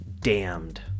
damned